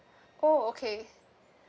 oh okay